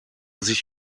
sich